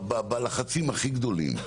בלחצים הכי גדולים.